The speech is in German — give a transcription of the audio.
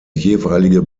jeweilige